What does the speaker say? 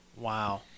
Wow